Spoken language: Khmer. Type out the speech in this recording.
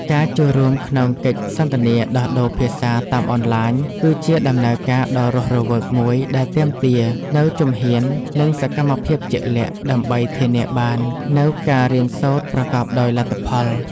ការចូលរួមក្នុងកិច្ចសន្ទនាដោះដូរភាសាតាមអនឡាញ គឺជាដំណើរការដ៏រស់រវើកមួយដែលទាមទារនូវជំហាន និងសកម្មភាពជាក់លាក់ ដើម្បីធានាបាននូវការរៀនសូត្រប្រកបដោយលទ្ធផល។